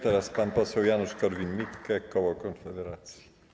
Teraz pan poseł Janusz Korwin-Mikke, koło Konfederacji.